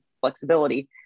flexibility